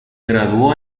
graduó